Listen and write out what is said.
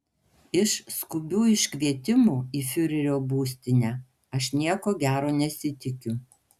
iš skubių iškvietimų į fiurerio būstinę aš nieko gero nesitikiu